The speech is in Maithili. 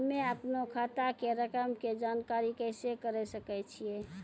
हम्मे अपनो खाता के रकम के जानकारी कैसे करे सकय छियै?